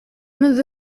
منذ